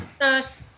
first